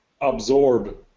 absorb